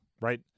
right